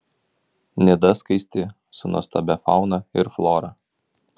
nida skaisti su nuostabia fauna ir flora